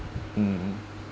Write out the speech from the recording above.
mm